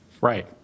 Right